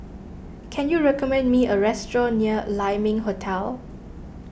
can you recommend me a restaurant near Lai Ming Hotel